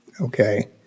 Okay